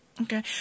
Okay